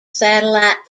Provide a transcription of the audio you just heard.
satellite